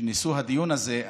נושא הדיון הזה,